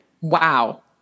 Wow